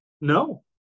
No